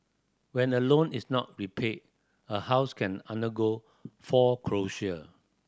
when a loan is not repaid a house can undergo foreclosure